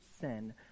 sin